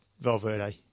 Valverde